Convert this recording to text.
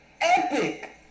Epic